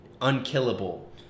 unkillable